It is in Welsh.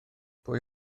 pwy